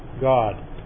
God